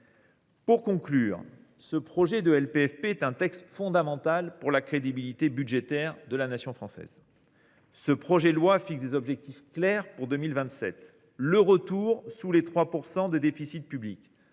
Pour conclure, ce projet de LPFP est un texte fondamental pour la crédibilité budgétaire de la nation française. Ce projet de loi fixe des objectifs clairs pour 2027 : le retour sous les 3 % de déficit public,